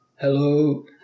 Hello